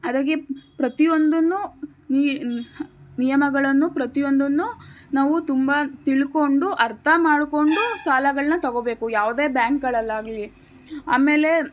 ಹಾಗಾಗಿ ಪ್ರತಿಯೊಂದನ್ನು ನಿಯಮಗಳನ್ನು ಪ್ರತಿಯೊಂದನ್ನು ನಾವು ತುಂಬ ತಿಳ್ಕೊಂಡು ಅರ್ಥ ಮಾಡಿಕೊಂಡು ಸಾಲಗಳನ್ನ ತಗೋಬೇಕು ಯಾವುದೇ ಬ್ಯಾಂಕ್ಗಳಲ್ಲಾಗಲಿ ಆಮೇಲೆ